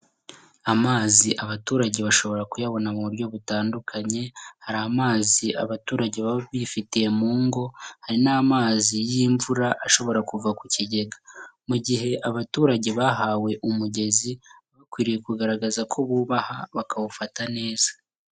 Amazi abaturage bashobora kuyabona mu buryo butandukanye, hari amazi abaturage baba bifitiye mu ngo, hari n'amazi y'imvura ashobora kuva ku kigega. Mu gihe abaturage bahawe umugezi, baba bakwiriye kugaragaza ko bubaha bakawufata neza.